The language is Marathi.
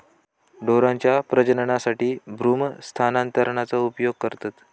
ढोरांच्या प्रजननासाठी भ्रूण स्थानांतरणाचा उपयोग करतत